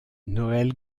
noel